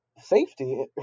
safety